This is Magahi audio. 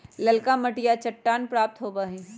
ललका मटिया चट्टान प्राप्त होबा हई